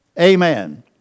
Amen